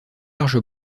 large